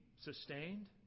sustained